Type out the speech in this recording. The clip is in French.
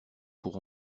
pour